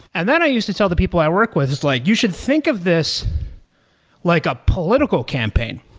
and then i used to tell the people i work with just like, you should think of this like a political campaign,